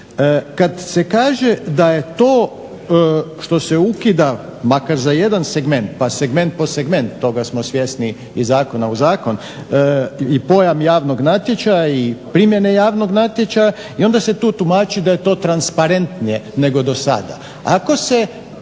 Kad se kaže da je to što se ukida, makar za jedan segment pa segment po segment toga smo svjesni iz zakona u zakon, i pojam javnog natječaja i primjene javnog natječaja i onda se tu tumači da je to transparentnije nego dosada.